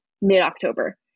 mid-October